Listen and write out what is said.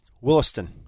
Williston